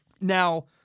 Now